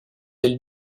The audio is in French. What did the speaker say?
elle